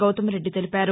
గౌతమ్రెడ్డి తెలిపారు